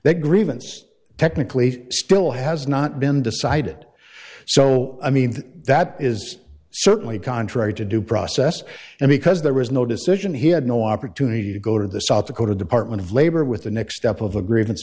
that grievance technically still has not been decided so i mean that is certainly contrary to due process and because there was no decision he had no opportunity to go to the south dakota department of labor with the next step of a gr